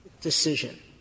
decision